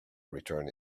return